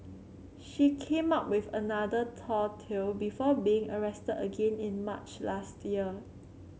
she came up with another tall tale before being arrested again in March last year